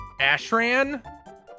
Ashran